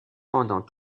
pendant